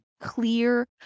clear